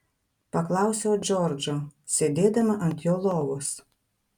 paklausiau džordžo sėdėdama ant jo lovos